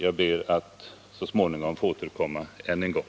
Jag ber att så småningom få återkomma än en gång.